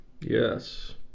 Yes